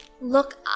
Look